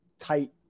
tight